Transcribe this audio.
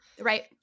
Right